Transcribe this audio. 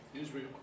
Israel